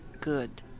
good